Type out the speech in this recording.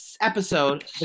episode